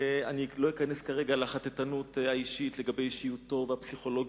אני לא אכנס כרגע לחטטנות האישית לגבי אישיותו והפסיכולוגים.